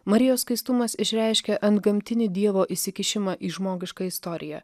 marijos skaistumas išreiškia antgamtinį dievo įsikišimą į žmogišką istoriją